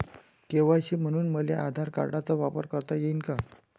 KYC म्हनून मले आधार कार्डाचा वापर करता येईन का?